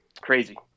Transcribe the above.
Crazy